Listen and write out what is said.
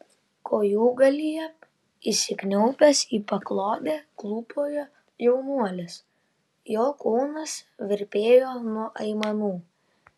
kojūgalyje įsikniaubęs į paklodę klūpojo jaunuolis jo kūnas virpėjo nuo aimanų